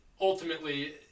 ultimately